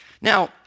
Now